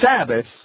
Sabbath